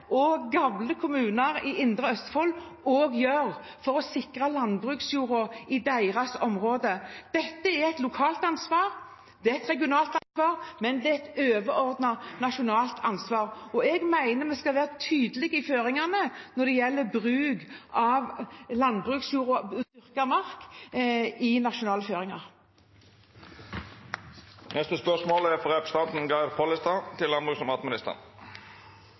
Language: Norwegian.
for å sikre landbruksjorda i sitt område. Dette er et lokalt ansvar, det er et regionalt ansvar, men det er overordnet et nasjonalt ansvar. Jeg mener vi skal være tydelige i nasjonale føringer når det gjelder bruk av dyrket mark. «Sjølv om det er mykje å gleda seg over i norsk landbruk, er det også ein del ting som går i feil retning. Sjølvforsyningsgrada synk, og